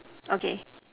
okay